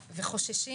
וחוששים.